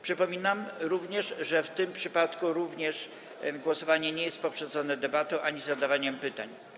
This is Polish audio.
Przypominam, że również w tym przypadku głosowanie nie jest poprzedzone debatą ani zadawaniem pytań.